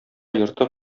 йорты